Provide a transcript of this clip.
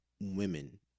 women